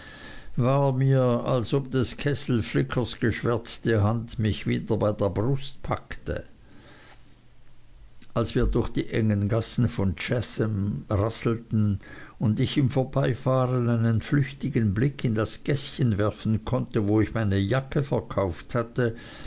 war mir als ob des kesselflickers geschwärzte hand mich wieder bei der brust packte als wir durch die engen gassen von chatham rasselten und ich im vorbeifahren einen flüchtigen blick in das gäßchen werfen konnte wo ich meine jacke verkauft hatte